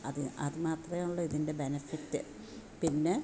അത് അത് മാത്രമേ ഉള്ളു ഇതിൻ്റെ ബെനഫിറ്റ് പിന്നെ